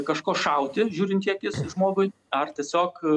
kažko šauti žiūrint į akis žmogui ar tiesiog